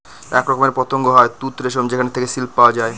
এক রকমের পতঙ্গ হয় তুত রেশম যেখানে থেকে সিল্ক পায়